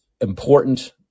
important